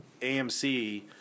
AMC